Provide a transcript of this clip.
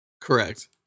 Correct